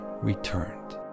returned